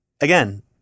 again